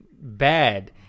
bad